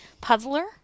Puzzler